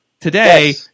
Today